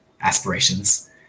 aspirations